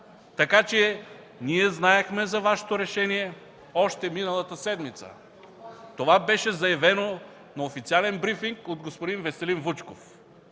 Ние знаехме за Вашето решение още миналата седмица. Това беше заявено на официален брифинг от господин Веселин Вучков.